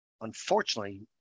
unfortunately